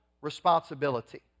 responsibility